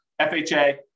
FHA